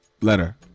letter